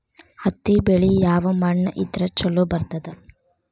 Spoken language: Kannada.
ಹತ್ತಿ ಬೆಳಿ ಯಾವ ಮಣ್ಣ ಇದ್ರ ಛಲೋ ಬರ್ತದ?